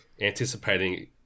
anticipating